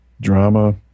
drama